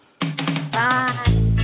Bye